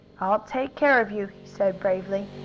i'll take care of you, he said bravely.